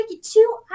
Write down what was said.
two